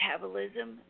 metabolism